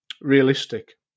realistic